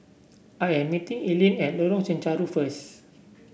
I am meeting Ellyn at Lorong Chencharu first